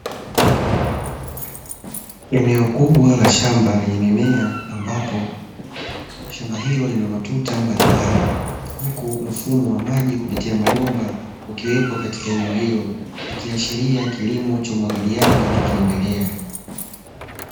Eneo kubwa la shamba lenye mimea ambapo shamba hilo lina matuta mbalimbali, huku mfumo wa maji kupitia mabomba ukiwepo katika eneo hilo ikiashiria kilimo cha umwagiliaji kikiendelea.